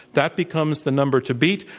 that becomes the number to beat.